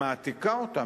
ומעתיקה אותן.